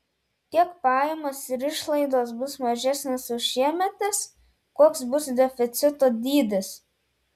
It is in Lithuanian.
kiek pajamos ir išlaidos bus mažesnės už šiemetes koks bus deficito dydis